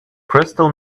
crystal